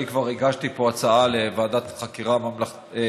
אני כבר הגשתי פה הצעה לוועדת חקירה פרלמנטרית.